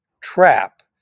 trap